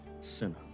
sinner